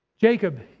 Jacob